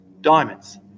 Diamonds